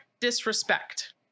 disrespect